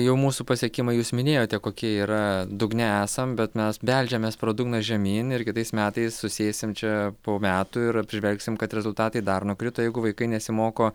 jau mūsų pasiekimai jūs minėjote kokie yra dugne esam bet mes beldžiamės pro dugną žemyn ir kitais metais susėsim čia po metų ir apžvelgsim kad rezultatai dar nukrito jeigu vaikai nesimoko